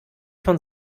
von